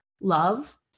love